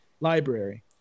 library